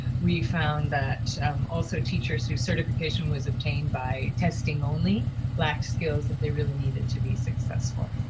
we found that um also teachers whose certification was obtained by testing only lacked skills that they really needed to be successful.